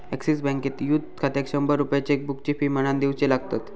axis बँकेत youth खात्यात शंभर रुपये चेकबुकची फी म्हणान दिवचे लागतत